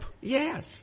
Yes